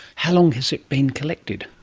how long has it been collected?